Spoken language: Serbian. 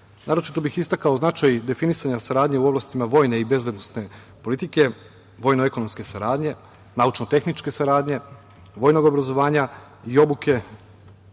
sporova. Naročito bih istakao značaj definisanja saradnje u oblastima vojne i bezbednosne politike, vojno-ekonomske saradnje, naučno-tehničke saradnje, vojnog obrazovanja i obuke,